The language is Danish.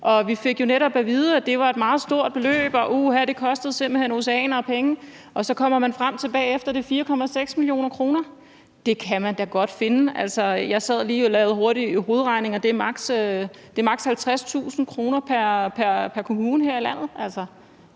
Vi fik jo netop at vide, at det var et meget stort beløb – uha, det kostede simpelt hen oceaner af penge – og så kom man bagefter frem til, at det er 4,6 mio. kr. Det kan man da godt finde. Altså, jeg sad lige og lavede hurtig hovedregning, og det er maks. 50.000 kr. pr. kommune her i landet.